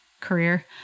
career